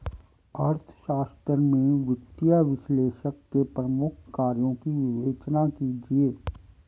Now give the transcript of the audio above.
अर्थशास्त्र में वित्तीय विश्लेषक के प्रमुख कार्यों की विवेचना कीजिए